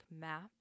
map